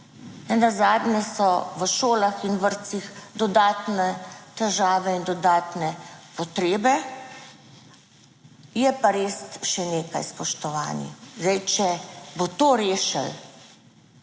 nenazadnje so v šolah in vrtcih dodatne težave in dodatne potrebe. Je pa res še nekaj, spoštovani, zdaj, če bo to rešilo